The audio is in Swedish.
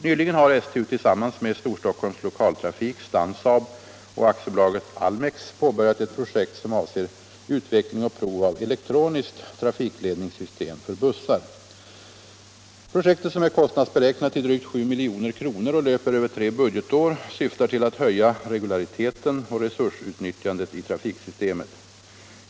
Nyligen har STU tillsammans med Storstockholms lokaltrafik, Stansaab och AB Almex påbörjat ett projekt som avser utveckling och prov av elektroniskt trafikledningssystem för bussar. Projektet, som är kostnadsberäknat till drygt 7 milj.kr. och löper över tre budgetår, syftar till att höja regulariteten och resursutnyttjandet i trafiksystemet.